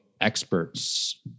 experts